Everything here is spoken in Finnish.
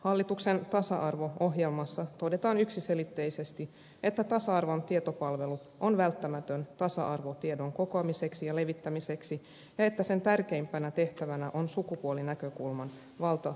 hallituksen tasa arvo ohjelmassa todetaan yksiselitteisesti että tasa arvon tietopalvelu on välttämätön tasa arvotiedon kokoamiseksi ja levittämiseksi ja että sen tärkeimpänä tehtävänä on sukupuolinäkökulman valtavirtaistaminen